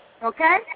Okay